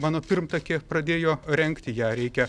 mano pirmtakė pradėjo rengti ją reikia